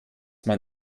man